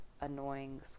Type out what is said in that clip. annoying